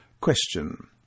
Question